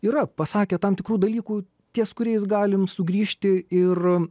yra pasakę tam tikrų dalykų ties kuriais galim sugrįžti ir